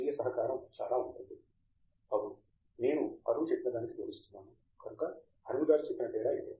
దేశ్పాండే అవును నేను అరుణ్ చెప్పిన దానికి జోడిస్తున్నాను కనుక అరుణ్ గారు చెప్పిన తేడా ఇదే